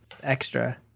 extra